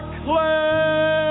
clay